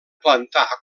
plantar